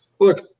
Look